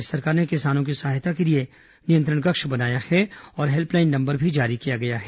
राज्य सरकार ने किसानों की सहायता के लिए नियंत्रण कक्ष बनाया है और हेल्पलाइन नंबर भी जारी किया है